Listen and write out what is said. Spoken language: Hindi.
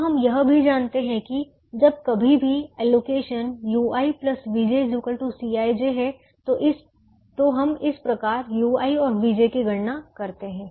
अब हम यह भी जानते हैं कि जब कभी भी एलोकेशन ui vj Cij है तो हम इस प्रकार ui और vj की गणना करते है